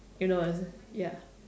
you know ya